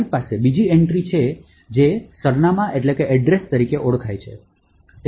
તમારી પાસે બીજી એન્ટ્રી છે જે સરનામાં તરીકે ઓળખાય છે